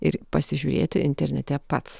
ir pasižiūrėti internete pats